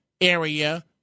area